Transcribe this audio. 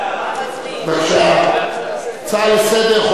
הצעה לסדר-היום,